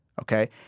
Okay